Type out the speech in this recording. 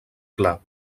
clar